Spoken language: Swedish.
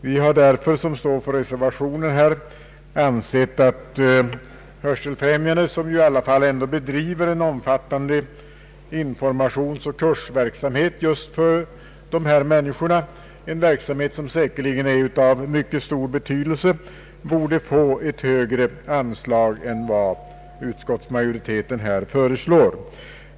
Vi som står bakom reservationen anser att Hörselfrämjandets riksförbund, som bedriver en omfattande informationsoch kursverksamhet för de hörselskadade — en verksamhet som säkerligen är av mycket stor betydelse — borde få ett högre anslag än vad utskottsmajoriteten föreslår.